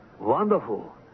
Wonderful